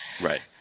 Right